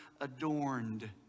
adorned